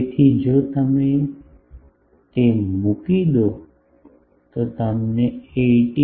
તેથી જો તમે મૂકી દો કે તમને 18